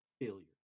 Failure